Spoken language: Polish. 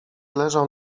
leżał